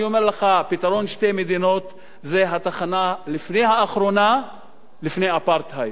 אני אומר לך: פתרון שתי מדינות זה התחנה לפני האחרונה לפני אפרטהייד,